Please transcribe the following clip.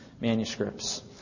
manuscripts